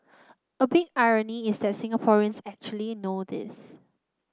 a big irony is that Singaporeans actually know this